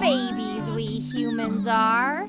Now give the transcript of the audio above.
babies, we humans are